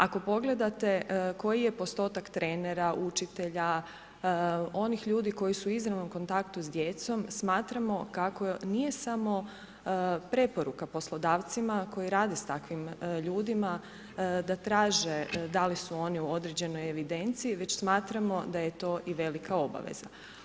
Ako pogledate koji je postotak trenera, učitelja, onih ljudi koji su u izravnom kontaktu s djecom, smatramo kako nije samo preporuka poslodavcima koji rade s takvim ljudima da traže da li su oni u određenoj evidenciji, već smatramo da je to i velika obaveza.